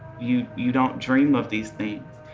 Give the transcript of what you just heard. you you don't dream of these things,